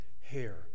hair